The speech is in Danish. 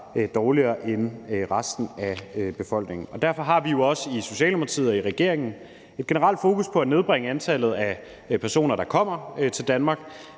dårligere end resten af befolkningen. Derfor har vi også i Socialdemokratiet og i regeringen et generelt fokus på at nedbringe antallet af personer, der kommer til Danmark,